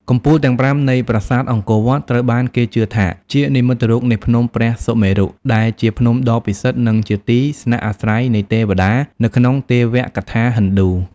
កំពូលទាំងប្រាំនៃប្រាសាទអង្គរវត្ត ត្រូវបានគេជឿថាជានិមិត្តរូបនៃភ្នំព្រះសុមេរុ ដែលជាភ្នំដ៏ពិសិដ្ឋ និងជាទីស្នាក់អាស្រ័យនៃទេវតា នៅក្នុងទេវកថាហិណ្ឌូ។